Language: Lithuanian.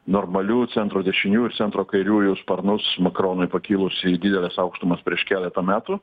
normalių centro dešiniųjų centro kairiųjų sparnus makronui pakilus į dideles aukštumas prieš keletą metų